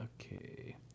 Okay